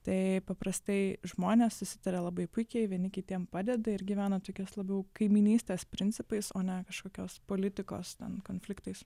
tai paprastai žmonės susitaria labai puikiai vieni kitiem padeda ir gyvena tokias labiau kaimynystės principais o ne kažkokios politikos konfliktais